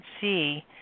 see